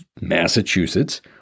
Massachusetts